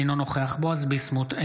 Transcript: אינו נוכח בועז ביסמוט,